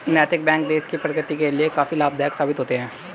नैतिक बैंक देश की प्रगति के लिए काफी लाभदायक साबित होते हैं